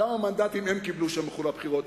כמה מנדטים הם קיבלו כשהם הלכו לבחירות.